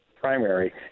primary